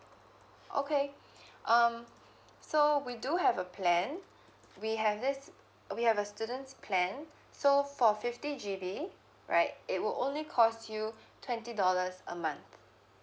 okay um so we do have a plan we have this we have a students plan so for fifty G_B right it will only costs you twenty dollars a month